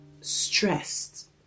stressed